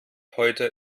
heute